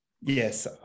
yes